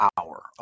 hour